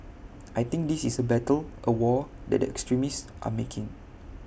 I think this is A battle A war that the extremists are making